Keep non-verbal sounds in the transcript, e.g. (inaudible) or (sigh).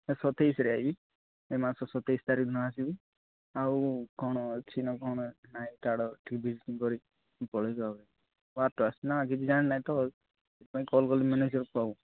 sir ସତେଇଶି ରେ ଆସିବି ଏଇ ମାସ ସତେଇଶି ତାରିଖ ଦିନ ଆସିବି ଆଉ କ'ଣ ଅଛି ନା କ'ଣ ଆଇକାର୍ଡ଼୍ ଅଛି ଭିଜିଟିଙ୍ଗ କରିକି ପଳାଇବି (unintelligible) ଜାଣି ନାହିଁ ତ ସେଥିପାଇଁ କଲ୍ କଲି ମ୍ୟାନେଜର୍କୁ ଆଉ